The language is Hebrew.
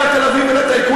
תמצאו להם פתרון.